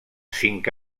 cinc